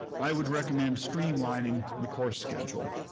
i would recommend streamlining the course schedule.